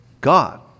God